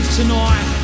tonight